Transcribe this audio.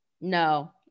no